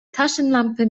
taschenlampe